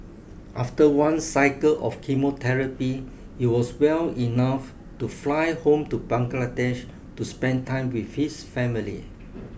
after one cycle of chemotherapy he was well enough to fly home to Bangladesh to spend time with his family